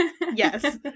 yes